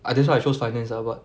ah that's why I chose finance ah but